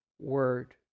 word